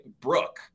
Brooke